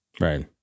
Right